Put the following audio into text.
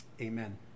Amen